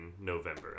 November